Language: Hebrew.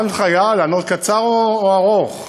מה ההנחיה, לענות קצר או ארוך?